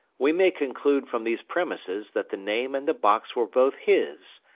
we may conclude from these premises that the name and the box were both his,